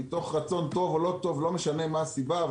לא משנה מה הסיבה,